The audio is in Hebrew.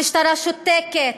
המשטרה שותקת,